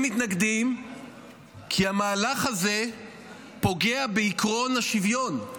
הם מתנגדים כי המהלך הזה פוגע בעקרון השוויון.